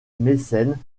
mécènes